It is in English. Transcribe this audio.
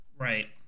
Right